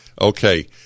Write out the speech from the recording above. Okay